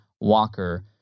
Walker